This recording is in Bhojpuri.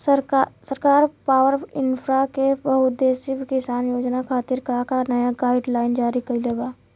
सरकार पॉवरइन्फ्रा के बहुउद्देश्यीय किसान योजना खातिर का का नया गाइडलाइन जारी कइले बा?